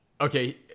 okay